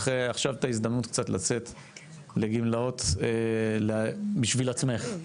עכשיו את ההזדמנות קצת לצאת לגמלאות בשביל עצמך.